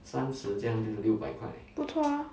不错啊